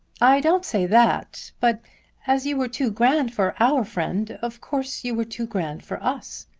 i don't say that. but as you were too grand for our friend of course you were too grand for us.